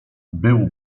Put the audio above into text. był